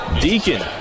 Deacon